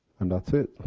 and that's it.